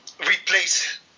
replace